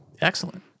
Excellent